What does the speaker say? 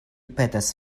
petas